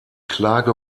klage